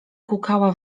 kukała